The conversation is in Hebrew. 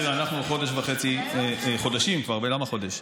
תראה, אנחנו חודש וחצי, חודשים כבר, למה חודש?